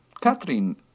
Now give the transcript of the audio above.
Katrin